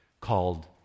called